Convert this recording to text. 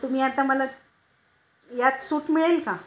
तुम्ही आता मला यात सूट मिळेल का